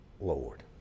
Lord